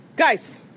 Guys